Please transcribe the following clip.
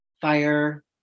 fire